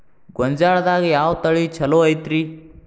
ಗೊಂಜಾಳದಾಗ ಯಾವ ತಳಿ ಛಲೋ ಐತ್ರಿ?